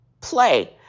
play